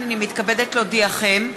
הנני מתכבדת להודיעכם,